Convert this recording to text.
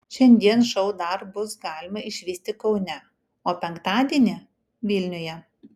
šiandien šou dar bus galima išvysti kaune o penktadienį vilniuje